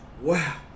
Wow